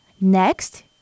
Next